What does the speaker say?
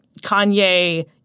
Kanye—